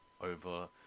over